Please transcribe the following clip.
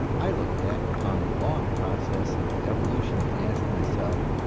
i look back upon the long process of evolution and ask myself,